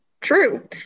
true